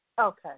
Okay